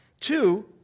Two